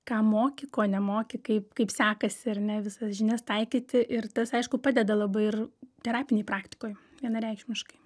ką moki ko nemoki kaip kaip sekasi ar ne visas žinias taikyti ir tas aišku padeda labai ir terapinėj praktikoj vienareikšmiškai